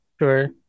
sure